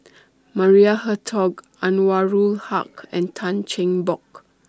Maria Hertogh Anwarul Haque and Tan Cheng Bock